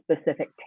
specific